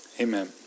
amen